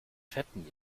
fetten